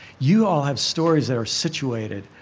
you all have stories that are situated.